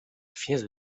finesse